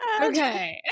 okay